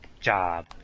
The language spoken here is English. Job